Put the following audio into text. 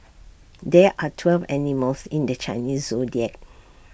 there are twelve animals in the Chinese Zodiac